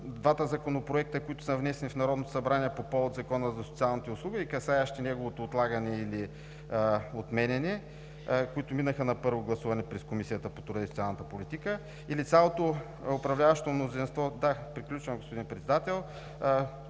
двата законопроекта, които са внесени в Народното събрание по повод Закона за социалните услуги и касаещи неговото отлагане или отменяне, които минаха на първо гласуване през Комисията по труда и социалната политика, или цялото управляващо мнозинство… (Председателят